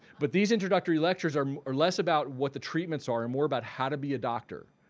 but these introductory lectures are um are less about what the treatments are and more about how to be a doctor,